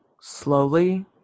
slowly